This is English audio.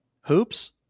Hoops